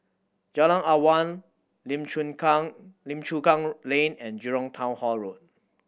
Jalan Awang Lim Chu Kang Lim Chu Kang Lane and Jurong Town Hall Road